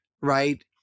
right